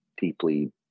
deeply